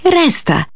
resta